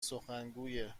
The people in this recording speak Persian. سخنگویه